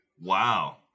Wow